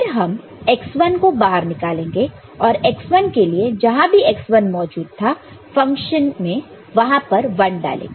फिर हम x1 को बाहर निकालेंगे और x1 के लिए जहां भी x1 मौजूद था फंक्शन में वहां पर 1 डालेंगे